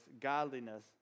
godliness